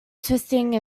twisting